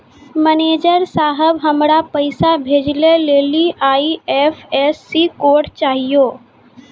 manager साहब, हमरा पैसा भेजै लेली आई.एफ.एस.सी कोड चाहियो